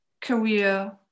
career